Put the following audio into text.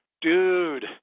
dude